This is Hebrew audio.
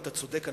אתה צודק,